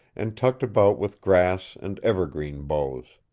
and tucked about with grass and evergreen boughs.